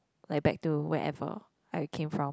like back to wherever I came from